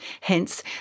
Hence